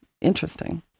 interesting